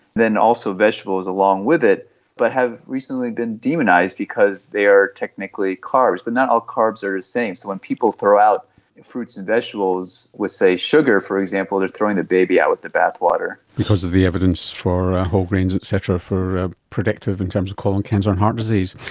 then also vegetables along with it that but have recently been demonised because they are technically carbs, but not all carbs are the same. so when people throw out fruits and vegetables with, say, sugar for example, they are throwing the baby out with the bathwater. because of the evidence for whole grains et cetera being ah protective in terms of colon cancer and heart disease.